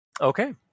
Okay